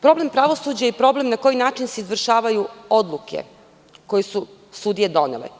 Problem pravosuđa je problem na koji način se izvršavaju odluke koje su sudije donele.